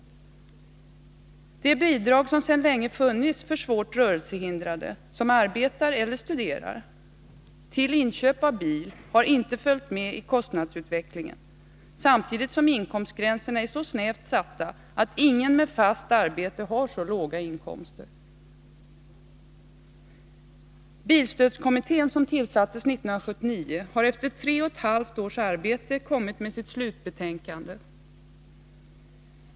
Det bidrag till inköp av bil som sedan länge funnits för svårt rörelsehindrade som arbetar eller studerar har inte följt med i kostnadsutvecklingen, samtidigt som inkomstgränserna är så snävt satta att ingen med fast arbete har så låga inkomster. Bilstödskommittén, som tillsattes 1979, har efter tre och ett halvt års arbete kommit med sitt slutbetänkande.